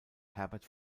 herbert